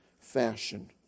fashion